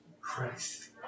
Christ